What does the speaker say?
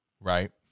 right